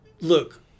Look